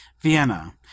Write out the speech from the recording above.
Vienna